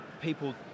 people